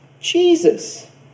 Jesus